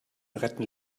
retten